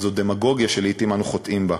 זו דמגוגיה שלעתים אנו חוטאים בה.